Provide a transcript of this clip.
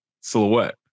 silhouette